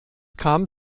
kam